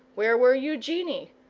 where were eugenie,